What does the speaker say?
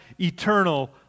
eternal